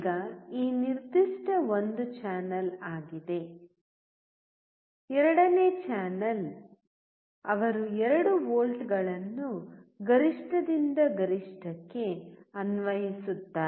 ಈಗ ಈ ನಿರ್ದಿಷ್ಟ ಒಂದು ಚಾನಲ್ ಆಗಿದೆ ಎರಡನೇ ಚಾನಲ್ ಅವರು 2 ವೋಲ್ಟ್ಗಳನ್ನು ಗರಿಷ್ಠದಿಂದ ಗರಿಷ್ಠಕ್ಕೆ ಅನ್ವಯಿಸುತ್ತಾರೆ